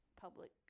public